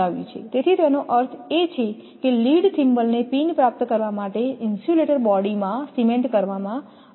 તેથી તેનો અર્થ એ છે કે લીડ થિમ્બલને પિન પ્રાપ્ત કરવા માટે ઇન્સ્યુલેટર બોડીમાં સિમેન્ટ કરવામાં આવે છે